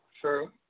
Sure